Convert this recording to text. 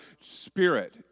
spirit